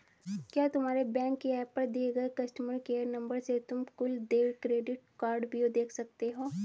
क्या तुम्हारे बैंक के एप पर दिए गए कस्टमर केयर नंबर से तुम कुल देय क्रेडिट कार्डव्यू देख सकते हो?